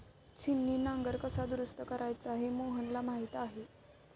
छिन्नी नांगर कसा दुरुस्त करायचा हे रोहनला माहीत आहे